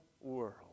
world